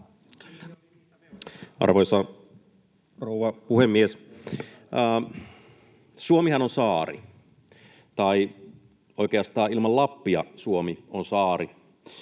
Arvoisa rouva puhemies! Suomihan on saari, tai oikeastaan ilman Lappia Suomi on saari.